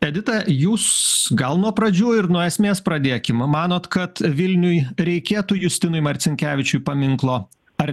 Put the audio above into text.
edita jūs gal nuo pradžių ir nuo esmės pradėkim manot kad vilniui reikėtų justinui marcinkevičiui paminklo ar